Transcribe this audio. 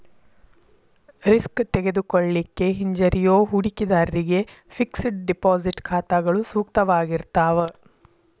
risk ತೆಗೆದುಕೊಳ್ಳಿಕ್ಕೆ ಹಿಂಜರಿಯೋ ಹೂಡಿಕಿದಾರ್ರಿಗೆ ಫಿಕ್ಸೆಡ್ ಡೆಪಾಸಿಟ್ ಖಾತಾಗಳು ಸೂಕ್ತವಾಗಿರ್ತಾವ